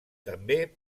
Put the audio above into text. també